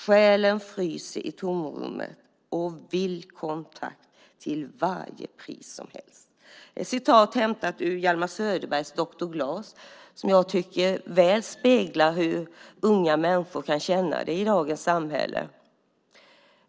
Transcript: Själen fryser i tomrummet och vill kontakt till vad pris som helst." Citatet ur Hjalmar Söderbergs Doktor Glas speglar hur unga människor kan känna det i dagens samhälle.